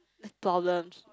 problems